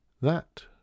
That